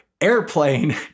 airplane